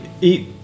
eat